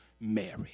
Mary